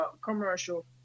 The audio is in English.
commercial